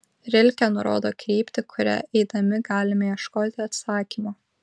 rilke nurodo kryptį kuria eidami galime ieškoti atsakymo